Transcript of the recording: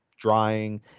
Drying